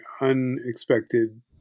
unexpected